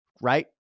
right